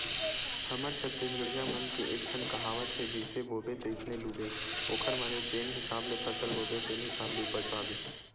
हमर छत्तीसगढ़िया मन के एकठन कहावत हे जइसे बोबे तइसने लूबे ओखर माने जेन हिसाब ले फसल बोबे तेन हिसाब ले उपज पाबे